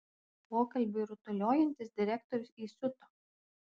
pokalbiui rutuliojantis direktorius įsiuto